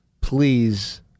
Please